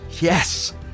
Yes